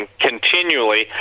continually